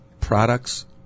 products